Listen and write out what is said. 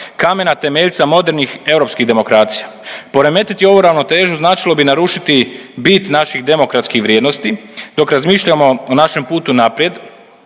kamena temeljca, modernih europskih demokracija. Poremetiti ovu ravnotežu značilo bi narušiti bit naših demokratskih vrijednosti, dok razmišljamo o našem putu naprijed